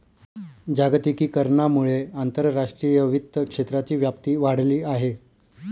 जागतिकीकरणामुळे आंतरराष्ट्रीय वित्त क्षेत्राची व्याप्ती वाढली आहे